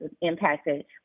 impacted